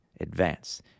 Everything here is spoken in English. advance